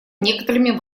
некоторыми